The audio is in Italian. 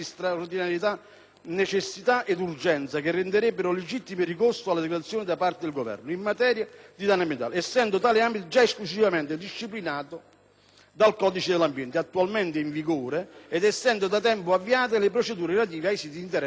necessità ed urgenza che renderebbero legittimo il ricorso alla decretazione da parte del Governo in materia di danno ambientale, essendo tale ambito già esaustivamente disciplinato dal codice dell'ambiente attualmente in vigore ed essendo da tempo avviate le procedure relative ai siti di interesse nazionale.